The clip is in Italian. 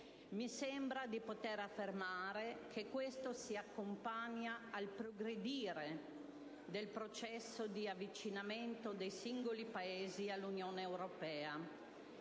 mi sembra di poter affermare che questo si accompagna al progredire del processo di avvicinamento dei singoli Paesi all'Unione europea.